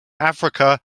africa